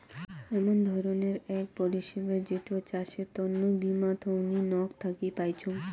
এমন ধরণের আক পরিষেবা যেটো চাষের তন্ন বীমা থোঙনি নক থাকি পাইচুঙ